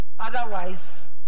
Otherwise